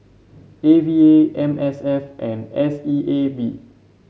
A V A M S F and S E A B